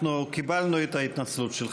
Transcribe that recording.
אנחנו קיבלנו את ההתנצלות שלך.